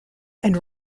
and